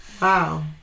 Wow